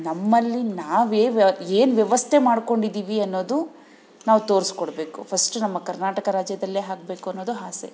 ನಮ್ಮಲ್ಲಿ ನಾವೇನು ಏನು ವ್ಯವಸ್ಥೆ ಮಾಡಿಕೊಂಡಿದ್ದೀವಿ ಅನ್ನೋದು ನಾವು ತೋರಿಸ್ಕೊಡ್ಬೇಕು ಫಸ್ಟ್ ನಮ್ಮ ಕರ್ನಾಟಕ ರಾಜ್ಯದಲ್ಲೇ ಆಗ್ಬೇಕು ಅನ್ನೋದು ಆಸೆ